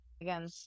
again